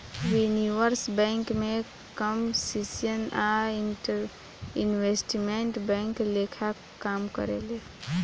universal bank भी commercial आ investment bank लेखा काम करेले